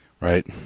Right